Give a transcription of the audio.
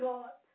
God